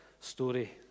story